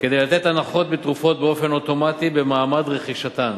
כדי לתת הנחות בתרופות באופן אוטומטי במעמד רכישתן